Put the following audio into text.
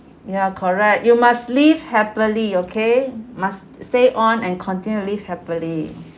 ya correct you must live happily okay must stay on and continue to live happily